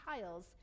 tiles